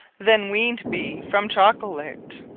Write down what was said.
then weaned be from chocolate.